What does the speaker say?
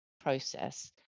process